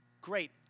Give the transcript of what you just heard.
great